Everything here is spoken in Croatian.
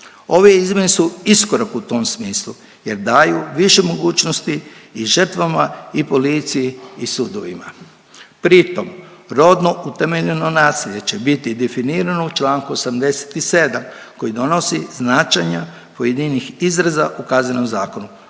Ove izmjene su iskorak u tom smislu jer daju više mogućnosti i žrtvama i policiji i sudovima. Pritom rodno utemeljeno nasilje će biti definirano u čl. 87 koji donosi značenja pojedinih izrada u Kaznenom zakonu,